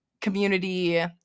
community